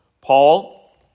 Paul